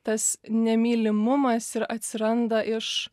tas nemylimumas ir atsiranda iš